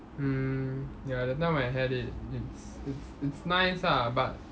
mm ya that time I had it it's it's it's nice ah but